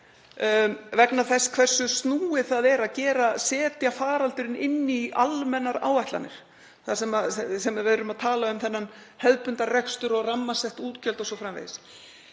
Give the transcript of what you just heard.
vegna þess hversu snúið það er að setja faraldurinn inn í almennar áætlanir, þar sem við erum að tala um þennan hefðbundna rekstur, rammasett útgjöld og slíkt.